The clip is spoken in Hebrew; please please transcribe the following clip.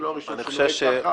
ולא הראשון שנוהג ככה